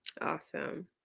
Awesome